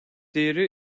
değeri